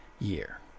year